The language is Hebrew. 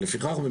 ולפיכך,